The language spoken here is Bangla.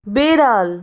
বেড়াল